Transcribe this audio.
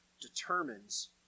determines